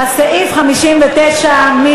סעיף 59(1)